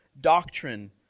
Doctrine